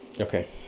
Okay